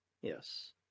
Yes